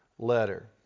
Letter